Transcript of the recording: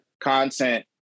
content